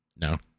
No